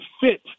fit